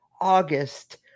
august